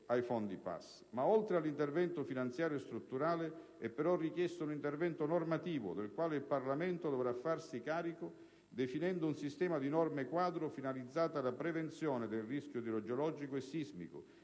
Oltre all'intervento finanziario e strutturale è però richiesto un intervento normativo del quale il Parlamento dovrà farsi carico definendo un sistema di norme quadro finalizzato alla prevenzione del rischio idrogeologico e sismico